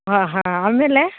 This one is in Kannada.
ಆಂ ಹಾಂ ಆಮೇಲೆ